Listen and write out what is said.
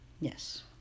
Yes